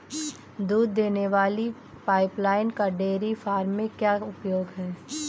दूध देने वाली पाइपलाइन का डेयरी फार्म में क्या उपयोग है?